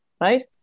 right